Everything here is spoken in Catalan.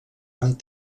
amb